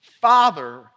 Father